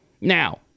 now